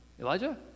Elijah